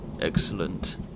Excellent